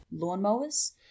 lawnmowers